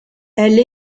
elle